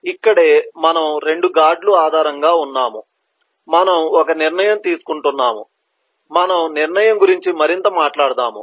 ఇక్కడే మనము 2 గార్డ్ లు ఆధారంగా ఉన్నాము మనము ఒక నిర్ణయం తీసుకుంటున్నాము మనము నిర్ణయం గురించి మరింత మాట్లాడుతాము